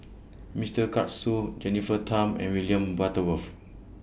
Mister Karesu Jennifer Tham and William Butterworth